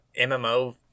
MMO